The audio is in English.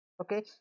okay